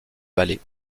valais